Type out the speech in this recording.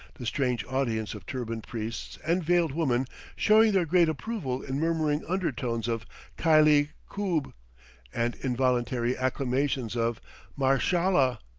the strange audience of turbaned priests and veiled women showing their great approval in murmuring undertones of kylie khoob and involuntary acclamations of mashallah!